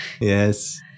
Yes